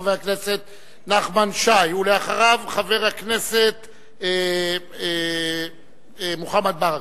חבר הכנסת נחמן שי, ואחריו, חבר הכנסת מוחמד ברכה.